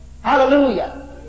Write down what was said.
Hallelujah